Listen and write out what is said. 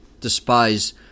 despise